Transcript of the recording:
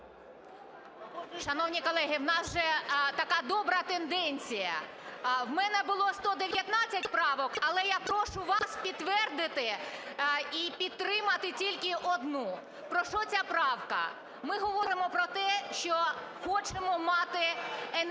Шановні колеги, у нас вже така добра тенденція. В мене було 119 правок, але я прошу вас підтвердити і підтримати тільки одну. Про що ця правка? Ми говоримо про те, що хочемо мати